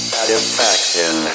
Satisfaction